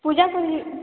ପୁଜା କହୁଛି